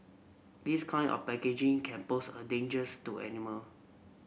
this kind of packaging can pose a dangers to animal